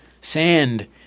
sand